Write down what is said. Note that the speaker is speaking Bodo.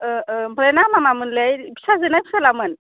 ओह ओह ओमफ्राय नामा मामोनलाय फिसाजो ना फिसालामोन